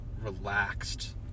relaxed